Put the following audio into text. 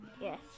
Yes